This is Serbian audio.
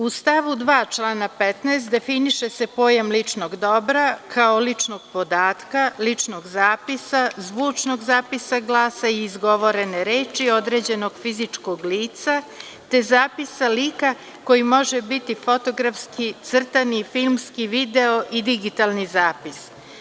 U stavu 2. člana 15. definiše se pojam ličnog dobra kao ličnog podatka, ličnog zapisa, zvučnog zapisa glasa i izgovorene reči određenog fizičkog lica, te zapisa lika koji može biti fotografski, crtani i filmski video i digitalni zapis.